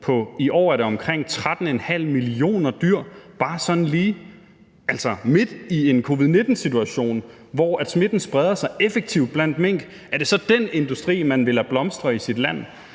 i år er det omkring 13,5 millioner dyr? Altså, midt i en covid-19-situation, hvor smitten spreder sig hurtigt blandt mink, er det så den industri, man vil lade blomstre i sit land?